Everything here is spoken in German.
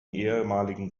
ehemaligen